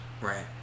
right